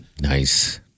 Nice